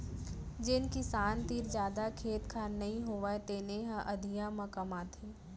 जेन किसान तीर जादा खेत खार नइ होवय तेने ह अधिया म कमाथे